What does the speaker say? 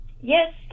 Yes